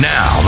Now